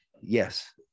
Yes